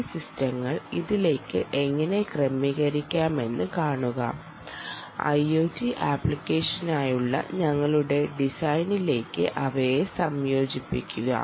D സിസ്റ്റങ്ങൾ ഇതിലേക്ക് എങ്ങനെ ക്രമീകരിക്കാമെന്ന് കാണുക ഐ ഒ ടി ആപ്ലിക്കേഷനായുള്ള ഞങ്ങളുടെ ഡിസൈനിലേക്ക് അവയെ സംയോജിപ്പിക്കുക